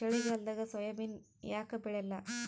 ಚಳಿಗಾಲದಾಗ ಸೋಯಾಬಿನ ಯಾಕ ಬೆಳ್ಯಾಲ?